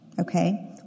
Okay